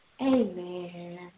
amen